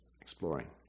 exploring